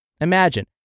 Imagine